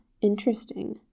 interesting